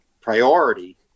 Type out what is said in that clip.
priority